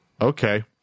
Okay